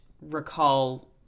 recall